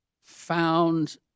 found